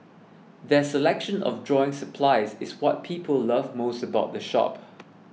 their selection of drawing supplies is what people love most about the shop